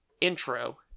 intro